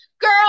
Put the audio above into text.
girl